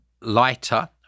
lighter